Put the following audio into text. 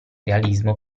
realismo